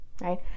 Right